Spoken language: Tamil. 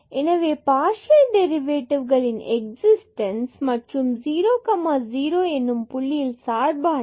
எனவே பார்சியல் டெரிவேட்டிவ்கள் எக்ஸிஸ்டன்ஸ் மற்றும் 00 எனும் புள்ளியில் சார்பானது